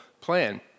plan